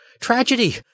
Tragedy